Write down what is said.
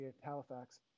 Halifax